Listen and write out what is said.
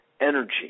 energy